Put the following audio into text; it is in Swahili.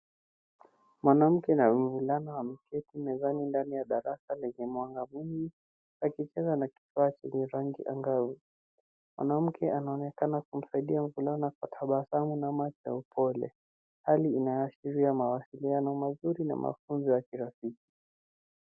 Mwanamke na mvulana wameketi mezani ndani ya darasa lenye mwanga mwingi akicheza na kifaa chenye rangi angavu. Mwanamke anaonekana kumsaidia mvulana kwa tabasamu namna cha upole hali inayoashiria mawasilano mazuri na mafunzo ya kirafiki.